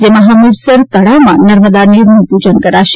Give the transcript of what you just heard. જેમાં હમીરસર તળાવમાં નર્મદા નીરનું પૂજન કરાશે